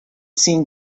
seen